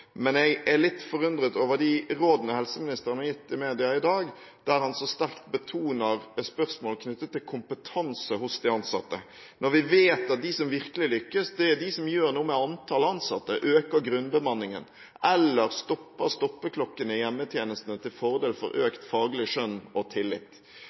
men jeg er litt forundret over de rådene helseministeren har gitt i media i dag, der han så sterkt betoner spørsmål knyttet til kompetanse hos de ansatte, når vi vet at de som virkelig lykkes, er de som gjør noe med antallet ansatte og øker grunnbemanningen, eller stopper stoppeklokkene i hjemmetjenestene til fordel for økt faglig skjønn og tillit.